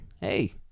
hey